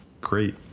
great